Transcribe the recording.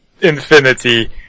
infinity